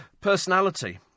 Personality